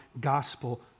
gospel